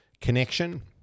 Connection